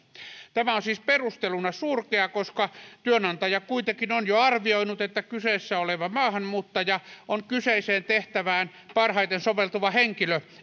tämä on siis perusteluna surkea koska työnantaja kuitenkin on jo arvioinut että kyseessä oleva maahanmuuttaja on kyseiseen tehtävään parhaiten soveltuva henkilö